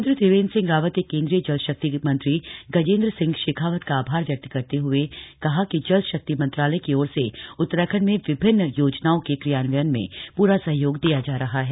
मुख्यमंत्री त्रिवेन्द्र सिंह रावत ने केन्द्रीय जल शक्ति मंत्री गजेन्द्र सिंह शेखावत का आभार व्यक्त करते हुए कहा कि जल शक्ति मंत्रालय की ओर से उत्तराखण्ड में विभिन्न योजनाओं के क्रियान्वयन में पूरा सहयोग दिया जा रहा है